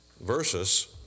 Versus